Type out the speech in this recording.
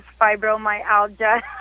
fibromyalgia